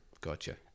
gotcha